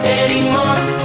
anymore